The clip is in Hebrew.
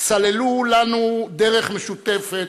סללו לנו דרך משותפת,